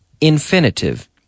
infinitive